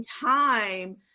time